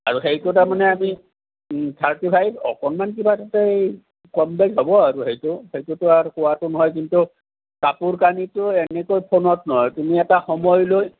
আৰু সেইটো তাৰমানে আমি থাৰটি ফাইভ অকণমান কিবা এটা কৰি কম বেছ হ'ব আৰু সেইটো সেইটোতো আৰু কোৱাটো নহয় কিন্তু কাপোৰ কানিটো এনেকৈ ফোনত নহয় তুমি এটা সময় লৈ